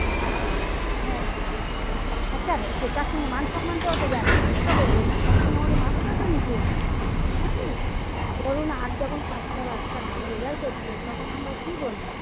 হ্যাঁ সেটা হচ্চে সে তার সঙ্গে মান সম্মানটাও তো যাচ্ছে ওটা বলবেন না তার সঙ্গে আমাদের মাথাটা তো নিচু হচ্চে তাই নয় কি ধরুন আর যখন পাঁচটা বাচ্চা ভালো রেজাল্ট করচে তখন আমরা কী বলবো